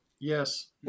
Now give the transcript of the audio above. Yes